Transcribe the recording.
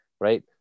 right